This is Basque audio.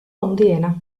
handiena